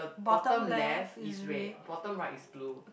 bottom left is red bottom right is blue